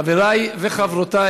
אדוני היושב-ראש, חברי וחברותי